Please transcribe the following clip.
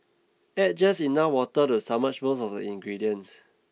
add just enough water to submerge most of the ingredients